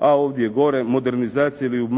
A ovdje gore modernizacija ili